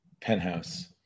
penthouse